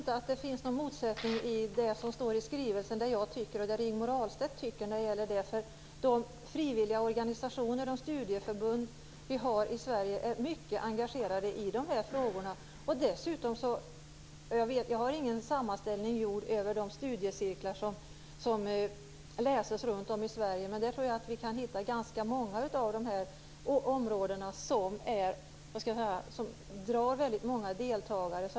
Herr talman! Jag tror inte att det finns någon motsättning mellan det som står i skrivelsen och det som jag och Rigmor Ahlstedt tycker i detta sammanhang. De frivilliga organisationer och studieförbund som vi har i Sverige är mycket engagerade i dessa frågor. Jag har inte tillgång till någon sammanställning över de studiecirklar som genomförs runt om i Sverige, men jag tror att vi på dessa områden kan hitta ganska många sådana, som också har många deltagare.